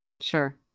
Sure